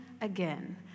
again